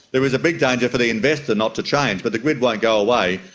there is a big danger for the investor not to change, but the grid won't go away,